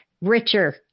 richer